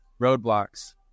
roadblocks